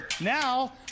Now